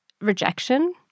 rejection